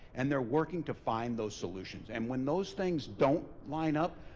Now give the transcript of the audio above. and they're working to find those solutions. and when those things don't line up,